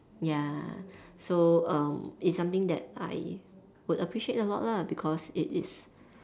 ya so um it's something that I would appreciate a lot lah because it is